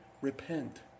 Repent